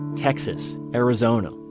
texas, arizona,